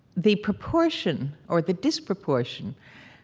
the proportion, or the disproportion,